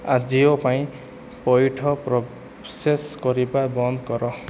ଆଜିଓ ପାଇଁ ପଇଠ ପ୍ରୋସେସ୍ କରିବା ବନ୍ଦ କର